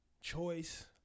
choice